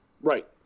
Right